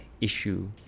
issue